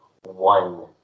one